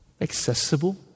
accessible